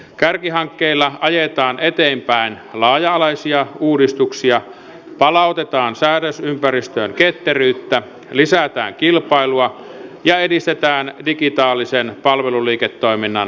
kärkihankkeilla ajetaan eteenpäin laaja alaisia uudistuksia palautetaan säädösympäristöön ketteryyttä lisätään kilpailua ja edistetään digitaalisen palveluliiketoiminnan läpimurtoja